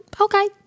okay